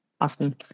Awesome